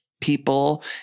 people